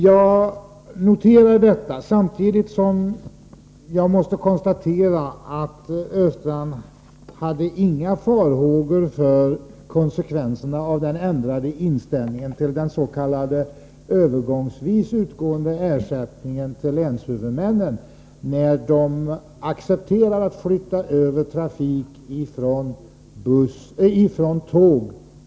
Jag noterar detta samtidigt som jag måste konstatera att Olle Östrand inte hyste några farhågor för konsekvenserna av den ändrade inställningen till den s.k. övergångsvis utgående ersättningen till länshuvudmännen, när de accepterar att flytta över trafik från tåg till buss.